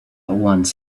once